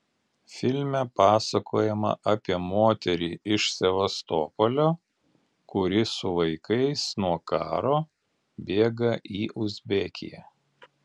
filme pasakojama apie moterį iš sevastopolio kuri su vaikais nuo karo bėga į uzbekiją